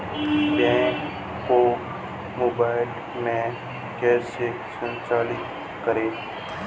Bank को mobile में कैसे संचालित करें?